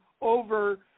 over